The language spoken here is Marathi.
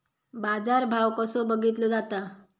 बाजार भाव कसो बघीतलो जाता?